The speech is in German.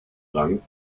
rang